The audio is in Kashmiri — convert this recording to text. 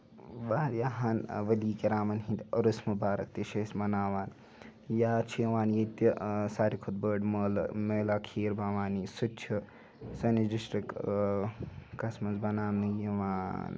واریاہن ؤلی کِرامن ہِندۍ عرُس مُبارک تہِ چھِ أسۍ مَناوان یا چھُ یِوان ییٚتہِ ساروی کھۄتہٕ بٔڑ مٲلہٕ میالا کھیٖر بَوانی سُہ تہِ چھُ سٲنِس ڈِسٹرک کس منٛز بَناونہٕ یِوان